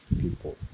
people